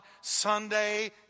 Sunday